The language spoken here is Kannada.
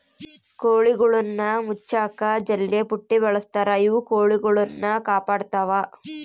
ಕೋಳಿಗುಳ್ನ ಮುಚ್ಚಕ ಜಲ್ಲೆಪುಟ್ಟಿ ಬಳಸ್ತಾರ ಇವು ಕೊಳಿಗುಳ್ನ ಕಾಪಾಡತ್ವ